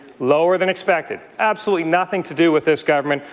lower than expected. absolutely nothing to do with this government,